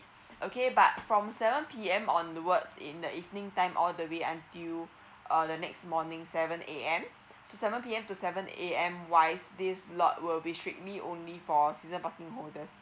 okay but from seven P_M onwards in the evening time all the way until uh the next morning seven A_M seven P_M to seven A_M wise this lot will be strictly only for season parking holders